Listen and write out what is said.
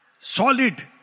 Solid